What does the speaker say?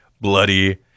bloody